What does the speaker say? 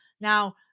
Now